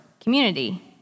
community